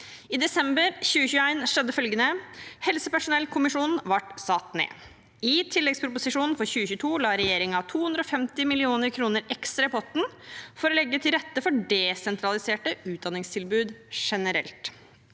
I desember 2021 skjedde følgende: Helsepersonellkommisjonen ble satt ned. I tilleggsproposisjonen for 2022 la regjeringen 250 mill. kr ekstra i potten for å legge til rette for desentraliserte utdanningstilbud generelt.